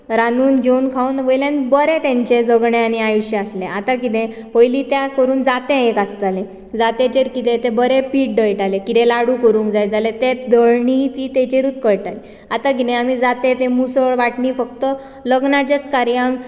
रांदून जेवून खावून वयल्यान बरें तांचें जगणें आनी आयुश्य आसलें आतां कितें पयलीं तें करून जातें एक आसतालें जात्याचेर कितें तें बरें पीठ दळटाले की ते लाडू करूंक जाय जाल्यार ते दळणी ती ताचेरूच कळटाली आतां कितें जातें तें मुसळ वांटणी फक्त लग्नाच्याच कार्यांक